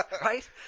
Right